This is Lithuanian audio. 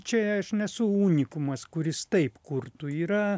čia aš nesu unikumas kuris taip kurtų yra